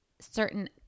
certain